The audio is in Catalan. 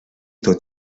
tot